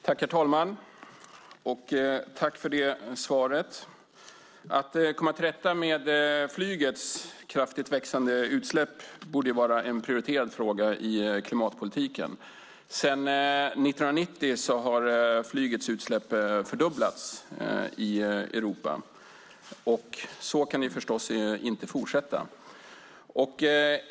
Herr talman! Jag tackar för svaret. Att komma till rätta med flygets kraftigt växande utsläpp borde vara en prioriterad fråga i klimatpolitiken. Sedan 1990 har flygets utsläpp fördubblats i Europa, och så kan det förstås inte fortsätta.